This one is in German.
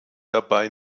dabei